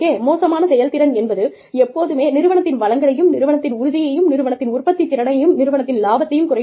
மோசமான செயல்திறன் என்பது எப்போதுமே நிறுவனத்தின் வளங்களையும் நிறுவனத்தின் உறுதியையும் நிறுவனத்தின் உற்பத்தித்திறனையும் நிறுவனத்தின் லாபத்தையும் குறைத்து விடும்